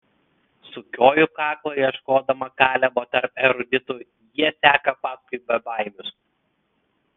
sukioju kaklą ieškodama kalebo tarp eruditų jie seka paskui bebaimius